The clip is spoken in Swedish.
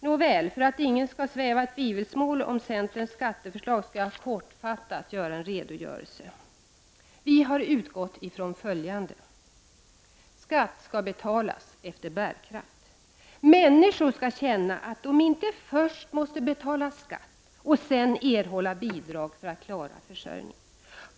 Nåväl, för att ingen skall sväva i tvivelsmål om centerns skatteförslag, skall jag kortfattat lämna en redogörelse för vårt förslag. Vi har utgått ifrån följande: Skatt skall betalas efter bärkraft. Människor skall känna att de inte först måste betala skatt och sedan erhålla bidrag för att klara försörjningen.